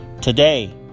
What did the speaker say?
Today